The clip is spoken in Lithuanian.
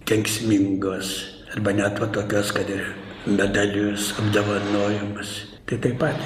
kenksmingos arba net va tokios kad ir medalius apdovanojimus tai taip pat